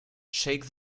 shake